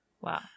Wow